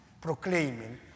proclaiming